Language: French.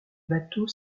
bateau